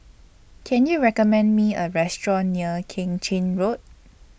Can YOU recommend Me A Restaurant near Keng Chin Road